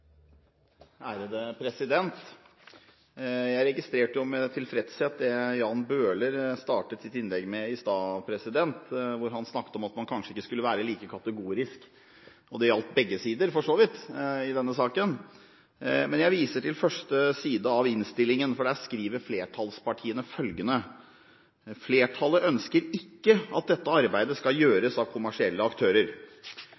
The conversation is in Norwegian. Jeg registrerte med tilfredshet at Jan Bøhler startet sitt innlegg i stad med å si at man kanskje ikke skal være så kategorisk – og det gjaldt vel for så vidt begge sider i denne saken. Jeg viser til første side av innstillingen, for der skriver flertallspartiene følgende: «Flertallet ønsker ikke at dette arbeidet skal